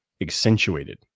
accentuated